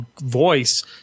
voice